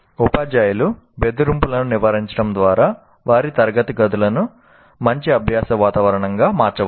ఉపాధ్యాయులు బెదిరింపులను నివారించడం ద్వారా వారి తరగతి గదులను మంచి అభ్యాస వాతావరణంగా మార్చవచ్చు